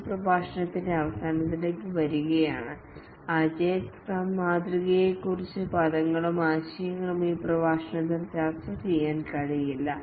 ഈ പ്രഭാഷണത്തിന്റെ അവസാനത്തിലേക്ക് വരികയാണ് അജൈൽ സ്ക്രം മാതൃകയെ കുറച്ച് പദങ്ങളും ആശയങ്ങളും ഈ പ്രഭാഷണത്തിൽ ചർച്ചചെയ്യാൻ കഴിയില്ല